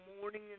morning